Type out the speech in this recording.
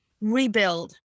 rebuild